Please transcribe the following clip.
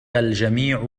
الجميع